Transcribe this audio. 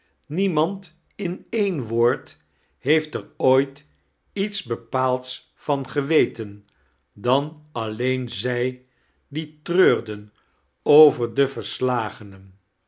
niemand in een woord heeft er ooit iete bepaalds van geweten dan alleen zij die toreurden over de verslagenen